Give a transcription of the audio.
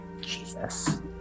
Jesus